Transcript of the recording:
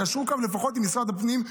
תיישרו קו לפחות עם משרד הפנים,